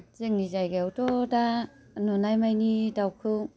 जोंनि जायगायावथ' दा नुनायमानि दाउखौ